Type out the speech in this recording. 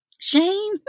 shame